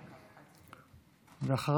ואחריו,